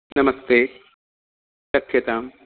नमस्ते कथ्यताम्